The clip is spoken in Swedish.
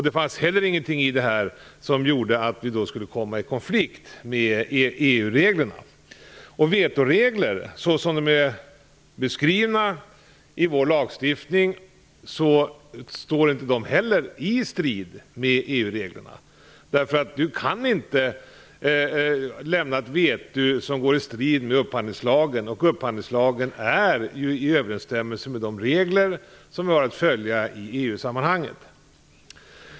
Det fanns inte heller någonting i det här som gjorde att vi då skulle komma i konflikt med EU-reglerna. Vetoreglerna, såsom de är beskrivna i vår lagstiftning, står inte heller i strid med EU-reglerna. Man kan nämligen inte lämna ett veto som står i strid med upphandlingslagen, och upphandlingslagen står ju i överensstämmelse med de regler som vi har att följa i EU sammanhang.